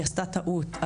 היא עשתה טעות,